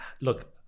look